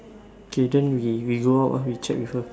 okay then we we go out ah we check with her